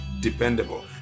dependable